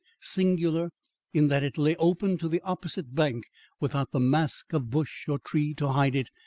singular in that it lay open to the opposite bank without the mask of bush or tree to hide it,